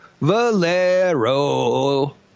Valero